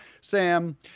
Sam